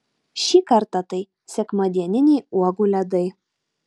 šį kartą tai sekmadieniniai uogų ledai